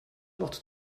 not